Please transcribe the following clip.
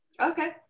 okay